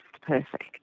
perfect